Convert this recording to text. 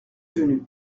venu